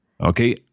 Okay